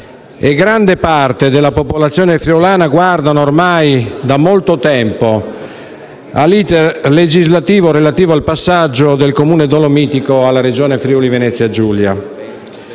gran parte della popolazione friulana guardano ormai da molto tempo all'*iter* legislativo relativo al passaggio del Comune dolomitico alla Regione Friuli-Venezia Giulia.